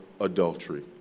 adultery